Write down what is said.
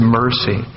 mercy